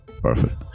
Perfect